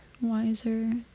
wiser